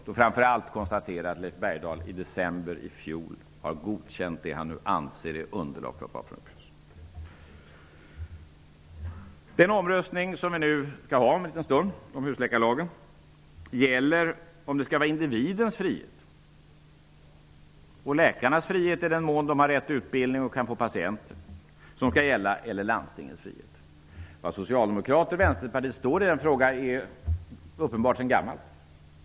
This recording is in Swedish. Man kan framför allt konstatera att i december i fjol godkände Leif Bergdahl det här. Den omröstning som vi skall ha om en liten stund gäller om det skall vara individens frihet och läkarnas frihet, i den mån de har rätt utbildning och kan få patienter, som skall gälla eller landstingens frihet. Var Socialdemokraterna och Vänsterpartiet står i den frågan är uppenbart sedan gammalt.